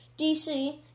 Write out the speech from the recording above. DC